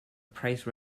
price